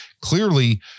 clearly